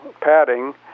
padding